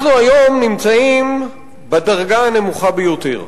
אנחנו נמצאים היום בדרגה הנמוכה ביותר,